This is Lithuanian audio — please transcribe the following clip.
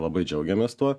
labai džiaugiamės tuo